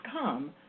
come